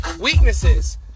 Weaknesses